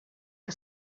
que